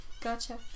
gotcha